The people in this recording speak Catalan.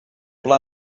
pla